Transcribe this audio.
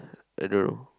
I don't know